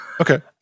Okay